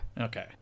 Okay